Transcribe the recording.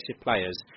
players